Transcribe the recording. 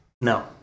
No